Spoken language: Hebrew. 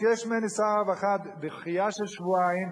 ביקש ממני שר הרווחה דחייה של שבועיים.